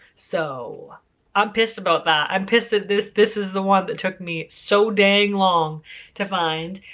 so i'm pissed about that. i'm pissed that this this is the one that took me so dang long to find.